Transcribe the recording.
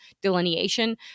delineation